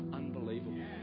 unbelievable